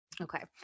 Okay